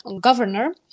governor